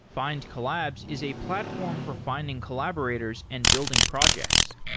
findcollabs is a platform for finding collaborators and building projects.